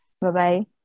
Bye-bye